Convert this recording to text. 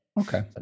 Okay